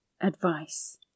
advice